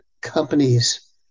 companies